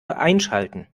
einschalten